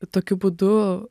tokiu būdu